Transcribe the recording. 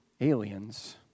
aliens